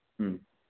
ಹ್ಞ್